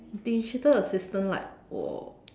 digital assistant like uh